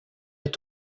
est